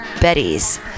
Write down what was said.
Bettys